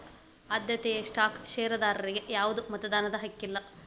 ಆದ್ಯತೆಯ ಸ್ಟಾಕ್ ಷೇರದಾರರಿಗಿ ಯಾವ್ದು ಮತದಾನದ ಹಕ್ಕಿಲ್ಲ